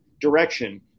direction